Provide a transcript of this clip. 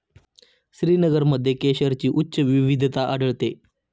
श्रीनगरमध्ये केशरची उच्च विविधता आढळते